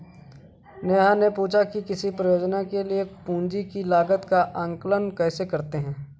नेहा ने पूछा कि किसी परियोजना के लिए पूंजी की लागत का आंकलन कैसे करते हैं?